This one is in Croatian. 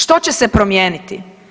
Što će se promijeniti?